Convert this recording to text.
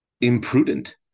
Imprudent